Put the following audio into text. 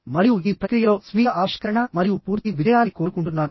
మరియు ఈ ప్రక్రియలో మీరు స్వీయ ఆవిష్కరణ మరియు పూర్తి విజయాన్ని కోరుకుంటున్నాను